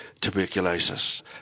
tuberculosis